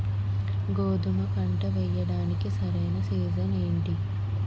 గోధుమపంట వేయడానికి సరైన సీజన్ ఏంటి?